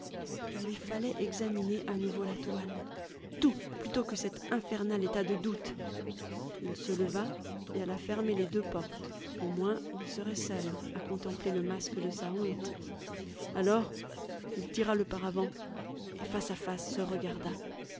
il lui fallait examiner à nouveau la toile tout plutôt que cet infernal état de doute il se leva et alla fermer les deux portes au moins il serait seul à contempler le masque de sa honte alors il tira le paravent et face à face se regarda